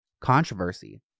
controversy